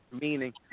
meaning